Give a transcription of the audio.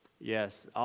yes